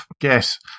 guess